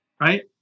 right